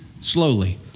slowly